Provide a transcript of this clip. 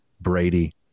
Brady